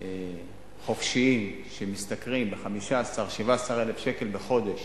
חופשיים שמשתכרים 15,000 17,000 שקל בחודש